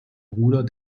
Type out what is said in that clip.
bruder